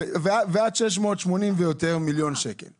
ועד 680 מיליון שקלים ויותר.